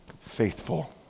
faithful